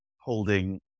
holding